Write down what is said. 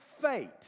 fate